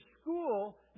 school